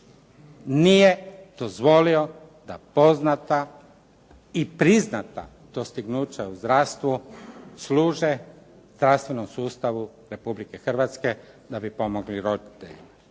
Nije dozvolio da poznata i priznata dostignuća u zdravstvu služe zdravstvenom sustavu Republike Hrvatske da bi pomogli roditeljima.